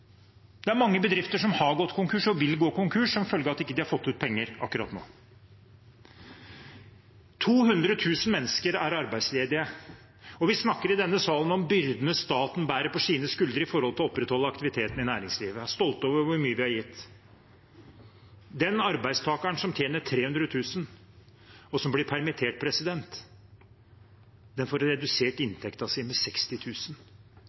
Det er mange bedrifter som har gått konkurs og vil gå konkurs som følge av at de ikke har fått ut penger akkurat nå. Det er 200 000 mennesker som er arbeidsledige, og vi snakker i denne salen om byrdene staten bærer på sine skuldre for å opprettholde aktiviteten i næringslivet. Vi er stolte over hvor mye vi har gitt. Den arbeidstakeren som tjener 300 000 kr, og som blir permittert, får redusert inntekten sin med